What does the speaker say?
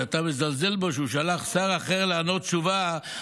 שאתה מזלזל בו שהוא שלח שר אחר לענות תשובה,